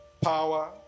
power